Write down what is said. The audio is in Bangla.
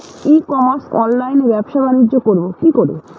ই কমার্স অনলাইনে ব্যবসা বানিজ্য করব কি করে?